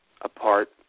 apart